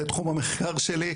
זה תחום המחקר שלי,